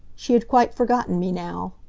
she had quite forgotten me now.